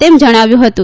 તેમ જણાવ્યું હતું